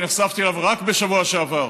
שנחשפתי אליו רק בשבוע שעבר,